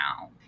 now